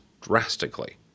drastically